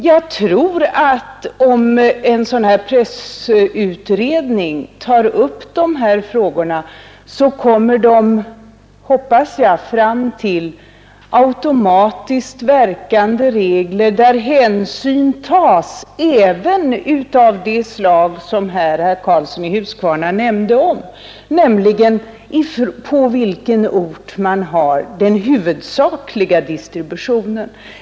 Jag hoppas att pressutredningen kommer att föreslå sådana automatiskt verkande regler, som gör det möjligt att ta viss hänsyn även till sådana saker som herr Karlsson i Huskvarna nämnde, nämligen på vilken ort tidningen har den huvudsakliga distributionen.